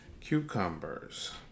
Cucumbers